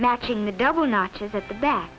matching the double notches at the back